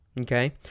okay